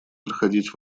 проходить